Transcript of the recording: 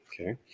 Okay